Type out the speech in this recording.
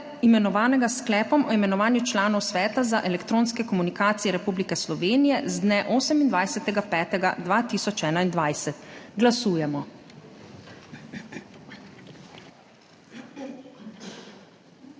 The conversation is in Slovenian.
imenovanega s Sklepom o imenovanju članov Sveta za elektronske komunikacije Republike Slovenije z dne 28. 5. 2021. Glasujemo.